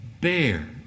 bear